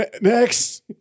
next